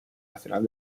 nacional